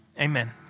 Amen